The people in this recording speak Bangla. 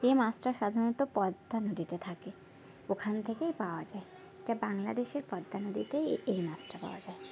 এই মাছটা সাধারণত পদ্মা নদীতে থাকে ওখান থেকেই পাওয়া যায় যেটা বাংলাদেশের পদ্মা নদীতেই এই মাছটা পাওয়া যায়